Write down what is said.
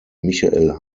michael